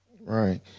Right